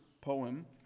poem